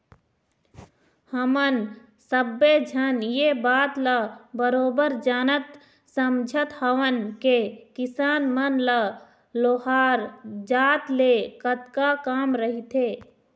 हमन सब्बे झन ये बात ल बरोबर जानत समझत हवन के किसान मन ल लोहार जात ले कतका काम रहिथे